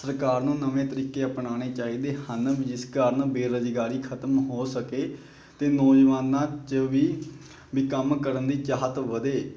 ਸਰਕਾਰ ਨੂੰ ਨਵੇਂ ਤਰੀਕੇ ਅਪਣਾਉਣੇ ਚਾਹੀਦੇ ਹਨ ਜਿਸ ਕਾਰਨ ਬੇਰੁਜ਼ਗਾਰੀ ਖਤਮ ਹੋ ਸਕੇ ਅਤੇ ਨੌਜਵਾਨਾਂ 'ਚ ਵੀ ਵੀ ਕੰਮ ਕਰਨ ਦੀ ਚਾਹਤ ਵਧੇ